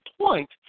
point